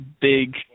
big